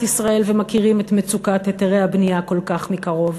ישראל ומכירים את מצוקת היתרי הבנייה כל כך מקרוב.